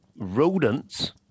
rodents